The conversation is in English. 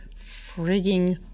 frigging